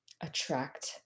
attract